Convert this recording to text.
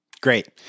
Great